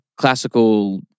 classical